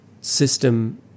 system